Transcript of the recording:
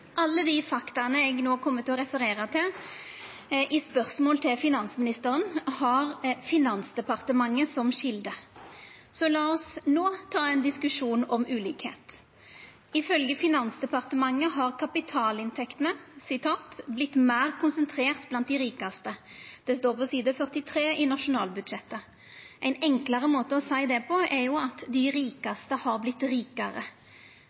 Alle dei fakta eg no kjem til å referera til i spørsmål til finansministeren, har Finansdepartementet som kjelde. Så lat oss no ta ein diskusjon om ulikskap. Ifølgje Finansdepartementet har kapitalinntektene «blitt mer konsentrert blant de rikeste». Det står på side 43 i nasjonalbudsjettet. Ein enklare måte å seia det på, er at dei rikaste har vorte rikare.